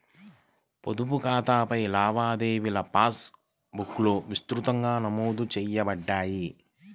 పొదుపు ఖాతాలపై లావాదేవీలుపాస్ బుక్లో విస్తృతంగా నమోదు చేయబడతాయి